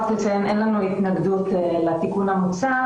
נבקש לציין כי אין לנו התנגדות לתיקון המוצע,